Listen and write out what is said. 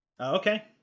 Okay